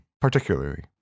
particularly